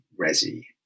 resi